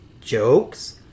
jokes